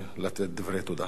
ללא מתנגדים וללא נמנעים.